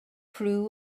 crew